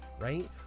right